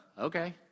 Okay